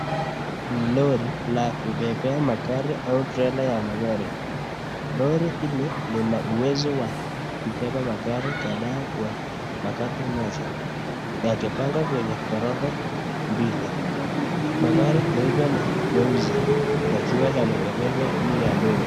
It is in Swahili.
Lori la kubebea magari au trela ya magari. Lori ile lina uwezo wa kubeba magari kadhaa kwa wakati moja, yakipangwa kwenye ghorofa mbili. magari meupe na mweusi. Yakiwa yamebebeshwa juu ya lori.